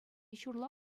ҫурла